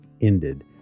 ended